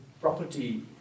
property